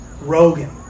Rogan